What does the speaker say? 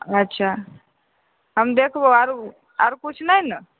अच्छा हम देखबौ आरो आरो किछु नहि ने